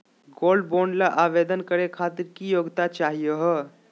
Gold bond ल आवेदन करे खातीर की योग्यता चाहियो हो?